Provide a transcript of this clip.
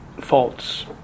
faults